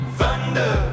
thunder